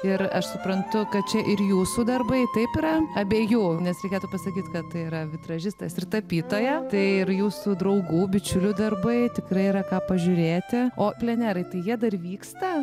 ir aš suprantu kad čia ir jūsų darbai taip yra abiejų nes reikėtų pasakyt kad yra vitražistas ir tapytoja tai ir jūsų draugų bičiulių darbai tikrai yra ką pažiūrėti o plenerai tai jie dar vyksta